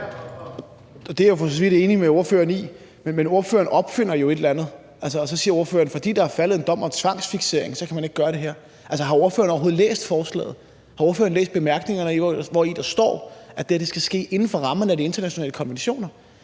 Det er jeg for så vidt enig med ordføreren i, men ordføreren opfinder jo et eller andet, og så siger ordføreren, at fordi der er faldet en dom om tvangsfiksering, så kan man ikke gøre det her. Altså, har ordføreren overhovedet læst forslaget? Har ordføreren læst bemærkningerne, hvori der står, at dette skal ske inden for rammerne af de internationale konventioner?